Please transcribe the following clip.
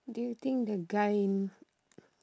do you think the guy in